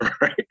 right